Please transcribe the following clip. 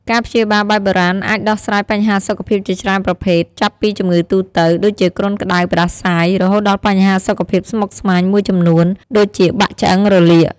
ការព្យាបាលបែបបុរាណអាចដោះស្រាយបញ្ហាសុខភាពជាច្រើនប្រភេទ ចាប់ពីជំងឺទូទៅ ដូចជាគ្រុនក្ដៅ ផ្ដាសាយ រហូតដល់បញ្ហាសុខភាពស្មុគស្មាញមួយចំនួន ដូចជាបាក់ឆ្អឹង រលាក។